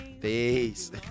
Peace